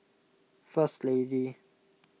First Lady